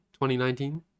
2019